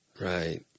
Right